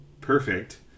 perfect